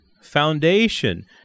foundation